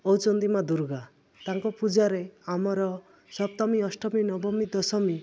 ହେଉଛନ୍ତି ମା' ଦୁର୍ଗା ତାଙ୍କ ପୂଜାରେ ଆମର ସପ୍ତମୀ ଅଷ୍ଟମୀ ନବମୀ ଦଶମୀ